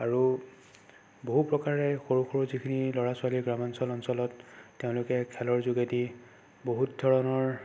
আৰু বহু প্ৰকাৰে সৰু সৰু যিখিনি ল'ৰা ছোৱালী গ্ৰামাঞ্চল অঞ্চলত তেওঁলোকে খেলৰ যোগেদি বহুত ধৰণৰ